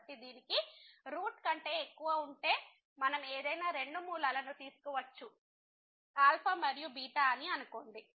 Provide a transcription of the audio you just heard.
కాబట్టి దీనికి రూట్ కంటే ఎక్కువ ఉంటే మనం ఏదైనా రెండు మూలాలను తీసుకోవచ్చు ఆల్ఫా మరియు బీటా అని అనుకోండి